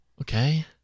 Okay